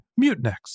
Mutinex